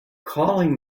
calling